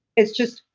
it's just,